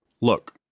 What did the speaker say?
Look